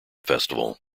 festival